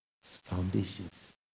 foundations